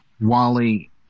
Wally